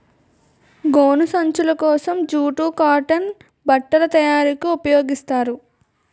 గోను సంచులు కోసం జూటు కాటన్ బట్ట తయారీకి ఉపయోగిస్తారు